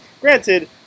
granted